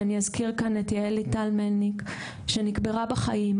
ואני אזכיר כאן את ליטל יעל מלניק שנקברה בחיים,